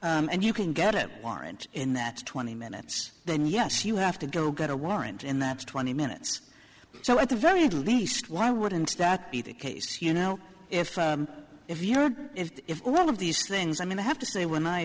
draw and you can get a warrant in that twenty minutes then yes you have to go get a warrant and that's twenty minutes or so at the very least why wouldn't that be the case you know if if you if all of these things i mean i have to say when i